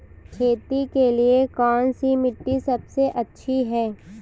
खेती के लिए कौन सी मिट्टी सबसे अच्छी है?